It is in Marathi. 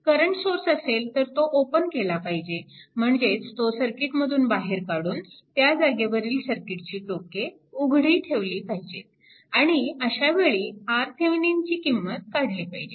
करंट सोर्स असेल तर तो ओपन केला पाहिजे म्हणजेच तो सर्किटमधून बाहेर काढून त्या जागेवरील सर्किटची टोके उघडी ठेवली पाहिजेत आणि अशा वेळी RThevenin ची किंमत काढली पाहिजे